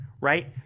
right